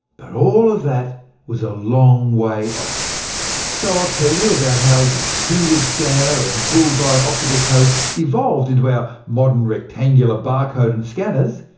but all that was a long way off so i'll tell you about how the primitive scanner and bullseye optical codes evolved into our modern rectangular barcode and scanners,